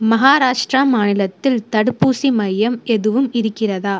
மகாராஷ்டிரா மாநிலத்தில் தடுப்பூசி மையம் எதுவும் இருக்கிறதா